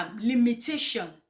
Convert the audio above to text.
limitation